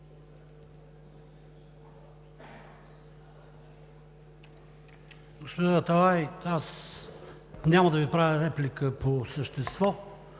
Господин Аталай, аз няма да Ви правя реплика по същество.